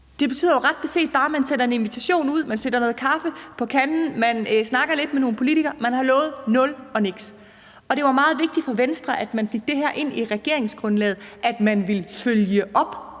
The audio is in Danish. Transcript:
ret beset bare, at man sender en invitation ud, at man sætter noget kaffe på kanden, og at man snakker lidt med nogle politikere. Man har lovet nul og niks. Det var meget vigtigt for Venstre, at man fik det her ind i regeringsgrundlaget, altså at man ville følge op,